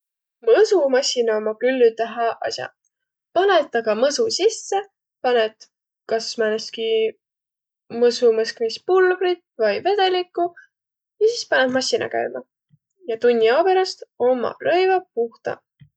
Mõsumassinaq ommaq küll üteq hääq as'aq. Panõt aga mõsu sisse, panõt kas määnestki mõsumõskmispulbrit vai vedelikku ja sis panõt massina käümä. Ja tunni ao peräst ommaq rõivaq puhtaq.